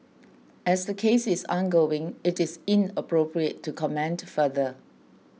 as the case is ongoing it is inappropriate to comment further